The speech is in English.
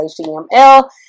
html